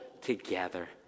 together